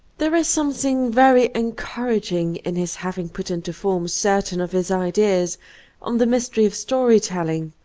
there is something very encouraging in his having put into form certain of his ideas on the mystery of story-telling.